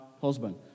husband